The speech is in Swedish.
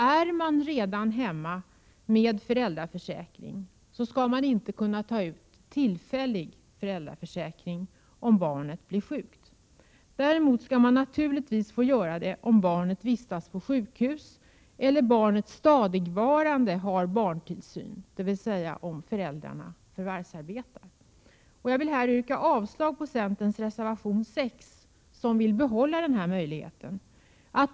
Är man redan hemma med föräldrapenning så skall man inte kunna ta ut tillfällig föräldrapenning om barnet blir sjukt. Däremot skall man naturligtvis få göra det om barnet vistas på sjukhus eller om barnet stadigvarande har barntillsyn, dvs. om föräldrarna förvärvsarbetar. Jag vill här yrka avslag på centerns reservation 6, som vill behålla den möjligheten.